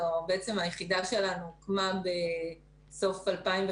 היחידה שלנו הוקמה בסוף 2015